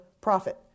profit